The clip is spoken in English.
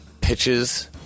pitches